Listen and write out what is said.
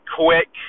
quick